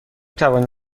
توانید